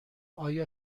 آیا